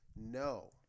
No